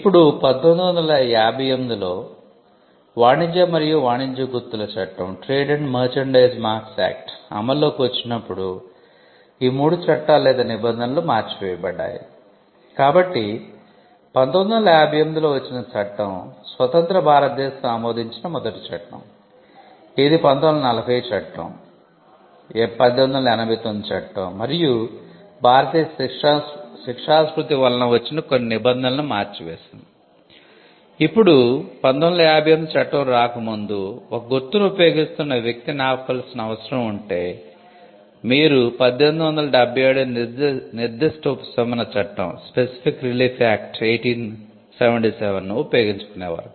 ఇప్పుడు 1958 లో వాణిజ్య మరియు వాణిజ్య గుర్తుల చట్టం ను ఉపయోగించుకునే వారు